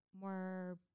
more